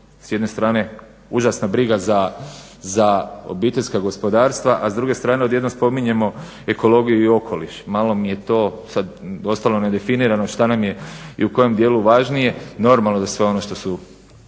s jedne strane užasna briga za obiteljska gospodarstva, a s druge strane odjednom spominjemo ekologiju i okoliš. Malo mi je to sada ostalo nedefinirano šta nam je i u kojem dijelu važnije. Normalno da sve ono što su